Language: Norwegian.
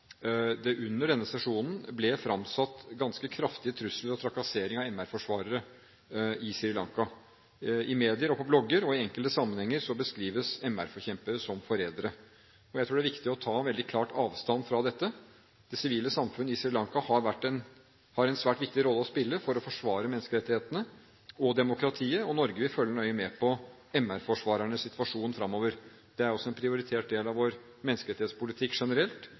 det under denne sesjonen ble fremsatt ganske kraftige trusler og trakassering av menneskerettighetsforsvarere på Sri Lanka. I medier, på blogger og i enkelte sammenhenger beskrives MR-forkjempere som forrædere. Jeg tror det er viktig å ta veldig klar avstand fra dette. Det sivile samfunn på Sri Lanka har en svært viktig rolle å spille for å forsvare menneskerettighetene og demokratiet, og Norge vil følge nøye med på MR-forsvarernes situasjon fremover. Det er også en prioritert del av vår menneskerettighetspolitikk generelt.